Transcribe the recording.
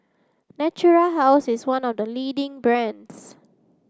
natura House is one of the leading brands